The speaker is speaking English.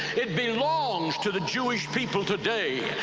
it belongs to the jewish people today,